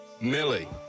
Millie